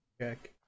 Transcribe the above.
check